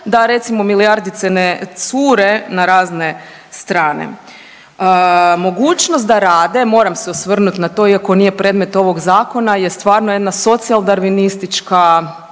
da redimo milijardice ne cure na razne strane. Mogućnost da rade, moram se osvrnut na to iako nije predmet ovog zakona, je stvarno jedna socijal-darvinistička